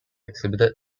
exhibited